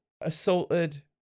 assaulted